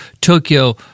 Tokyo